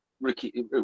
ricky